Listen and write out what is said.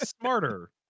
smarter